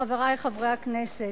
חברי חברי הכנסת,